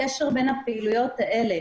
ישראל וגם נכנסת לרשויות מקומיות ערביות.